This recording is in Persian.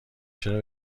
چرا